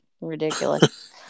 ridiculous